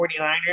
49ers